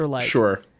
Sure